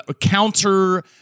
counter